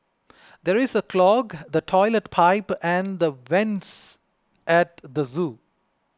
there is a clog the Toilet Pipe and the vents at the zoo